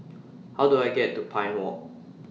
How Do I get to Pine Walk